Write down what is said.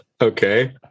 Okay